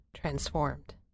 transformed